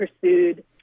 pursued